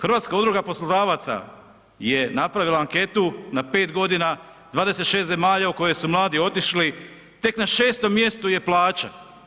Hrvatska udruga poslodavaca je napravila anketu na 5 godina, 26 zemalja u kojoj su mladi otišli, tek na 6 mjestu je plaća.